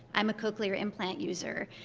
i'm a cochlear implant user.